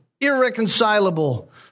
irreconcilable